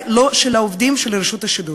לא את המצב של העובדים של רשות השידור.